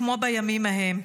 כמו בימים ההם.